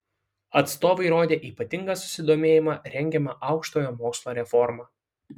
atstovai rodė ypatingą susidomėjimą rengiama aukštojo mokslo reforma